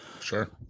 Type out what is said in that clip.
Sure